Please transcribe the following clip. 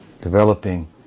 developing